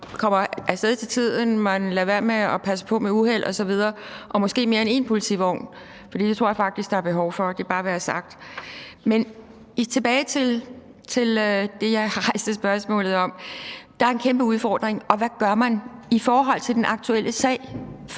kommer af sted til tiden og man passer på med uheld osv. og måske kommer man med mere end én politivogn, for det tror jeg faktisk der er behov for – lad det bare være sagt. Men tilbage til det, jeg har rejst et spørgsmål om. Der er en kæmpe udfordring, og hvad gør man i forhold til den aktuelle sag,